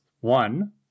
one